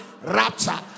rapture